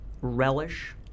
relish